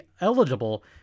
eligible